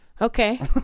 okay